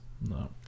No